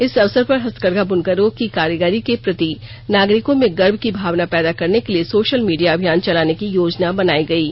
इस अवसर पर हस्तकरघा ब्रनकरों की कारीगरी के प्रति नागरिकों में गर्व की भावना पैदा करने के लिए सोशल मीडिया अभियान चलाने की योजना बनायी गयी है